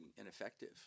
ineffective